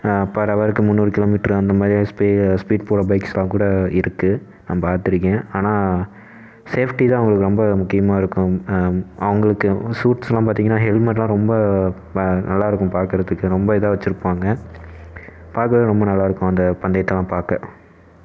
per ஹவருக்கு முன்னூறு kilometre அந்தமாதிரி ஸ்பெ ஸ்பீடு போகிற பைக்ஸெலாம் கூட இருக்குது நான் பார்த்துருக்கேன் ஆனால் சேஃப்ட்டி தான் அவங்களுக்கு ரொம்ப முக்கியமாக இருக்கும் அவங்களுக்கு சூட்செலாம் பார்த்திங்கனா ஹெல்மட்லாம் ரொம்ப நல்லா இருக்கும் பார்க்கறதுக்கு ரொம்ப இதாக வச்சுருப்பாங்க பார்க்கவே ரொம்ப நல்லாயிருக்கும் அந்த பந்தயத்தெல்லாம் பார்க்க